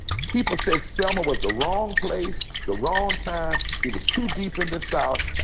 people said, selma was the wrong place, the wrong time. it was too deep in the south.